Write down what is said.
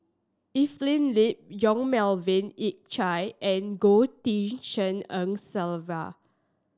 Evelyn Lip Yong Melvin Yik Chye and Goh Tshin En Sylvia